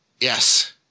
Yes